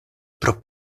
pro